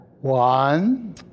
One